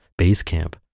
Basecamp